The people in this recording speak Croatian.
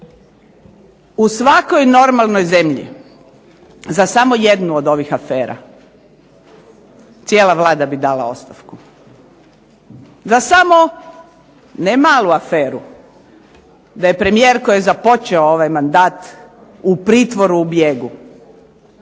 U svakoj normalnoj zemlji za samo jednu od ovih afera cijela Vlada bi dala ostavku. Za samo, ne malu aferu, da je premijer koji je započeo ovaj mandat u pritvoru u bijegu,